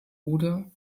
oder